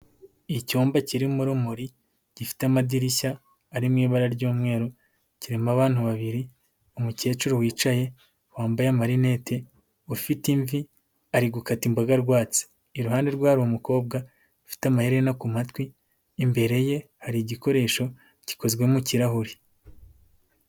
Icyumba kirimo urumuri gifite amadirishya ari mu ibara ry'umweru. Kirema abantu babiri: umukecuru wicaye wambaye marinete, ufite imvi ari gukata imboga rwatsi. Iruhande rwe hari umukobwa afite amaherena ku matwi, imbere ye hari igikoresho gikozwe mu ikirahuri.